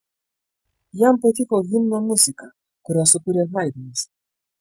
jam patiko himno muzika kurią sukūrė haidnas